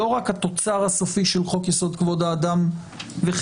לא רק התוצר הסופי של חוק יסוד: כבוד האדם וחירותו,